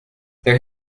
there